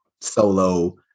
solo